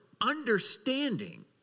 understanding